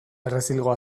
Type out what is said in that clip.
errezilgo